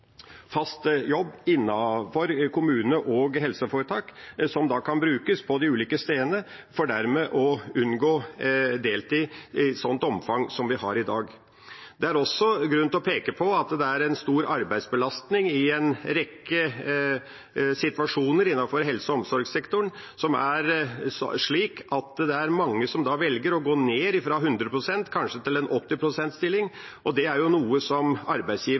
de ulike stedene for dermed å unngå deltid i et sånt omfang som vi har i dag. Det er også grunn til å peke på at det er en stor arbeidsbelastning i en rekke situasjoner innenfor helse- og omsorgssektoren som er slik at mange velger å gå ned fra 100 pst. til kanskje en 80 pst. stilling. Det er noe som